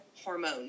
hormone